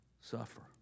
suffer